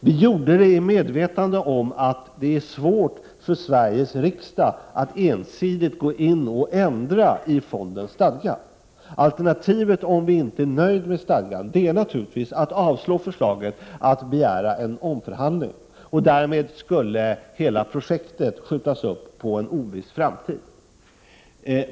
Vi gjorde det i medvetande om att det är svårt för Sveriges riksdag att ensidigt gå in och ändra i fondens stadgar. Om riksdagen inte är nöjd med stadgarna är alternativet naturligtvis att avslå förslaget och begära en omförhandling, och därmed skulle hela projektet skjutas upp på en oviss framtid.